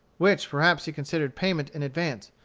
which perhaps he considered payment in advance,